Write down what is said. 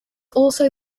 also